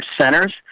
centers